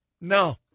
no